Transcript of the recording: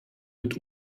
mit